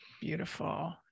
Beautiful